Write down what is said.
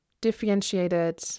differentiated